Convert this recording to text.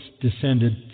descended